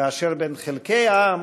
כאשר בין חלקי העם